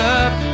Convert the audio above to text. up